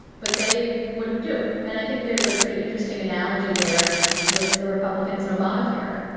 but they wouldn't do it. and i think there's a pretty interesting analogy there with the republicans and obamacare.